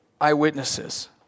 eyewitnesses